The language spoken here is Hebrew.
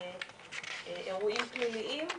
אירועים פליליים,